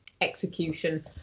execution